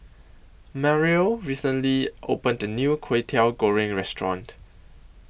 Mariel recently opened A New Kway Teow Goreng Restaurant